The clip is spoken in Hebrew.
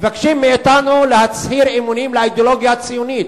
מבקשים מאתנו להצהיר אמונים לאידיאולוגיה הציונית.